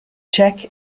czech